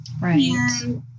right